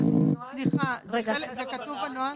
סליחה זה כתוב בנוהל?